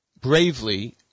bravely